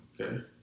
Okay